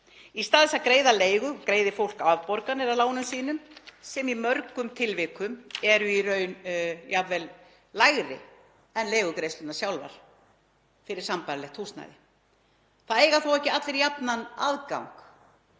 Í stað þess að greiða leigu greiðir fólk afborganir af lánum sínum sem í mörgum tilvikum eru í raun jafnvel lægri en leigugreiðslurnar sjálfar fyrir sambærilegt húsnæði. Það eiga þó ekki allir jafnan aðgang